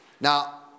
Now